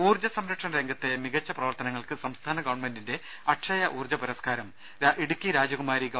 ഊർജ്ജ സംരക്ഷണ രംഗത്തെ മികച്ച പ്രവർത്തനങ്ങൾക്ക് സംസ്ഥാന ഗവൺമെന്റിന്റെ അക്ഷയ ഊർജ്ജ പുരസ്കാരം രാജകുമാരി ഗവ